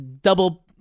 double